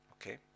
Okay